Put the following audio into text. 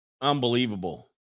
Unbelievable